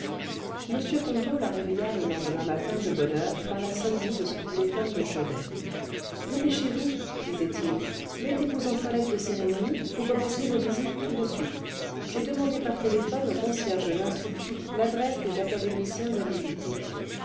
m ponto la réveilla le lendemain matin de bonne heure par la sonnerie de son téléphone de chevet ce dépêchez-vous disait-il mettez-vous en toilette de cérémonie vous commencez vos visites tout de suite j'ai demandé par téléphone au concierge de l'institut l'adresse des académiciens à visiter